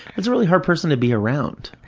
it's a really hard person to be around,